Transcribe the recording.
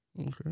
Okay